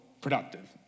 productive